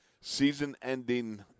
season-ending